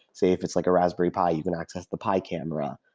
say, if it's like a raspberry pi, you can access the pi camera.